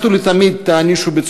ראויה, נראים.